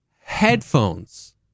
headphones